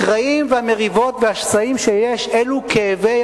הקרעים, המריבות והשסעים שיש, אלו כאבי